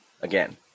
again